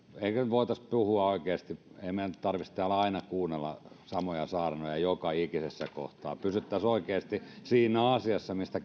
eikö nyt voitaisi puhua oikeasti ei meidän tarvitsi täällä aina kuunnella samoja saarnoja joka ikisessä kohtaa pysyttäisiin oikeasti siinä asiassa mistä